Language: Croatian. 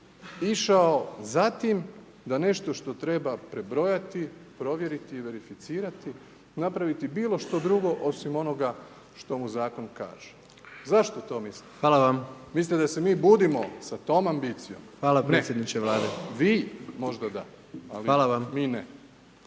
išao za tim, da nešto što treba prebrojati, provjeriti i verificirati, napraviti bilo što drugo osim onoga što mu zakon kaže. Zašto to mislite? Mislite da se mi budimo sa tom ambicijom? Ne, vi možda da, mi ne.